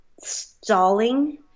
stalling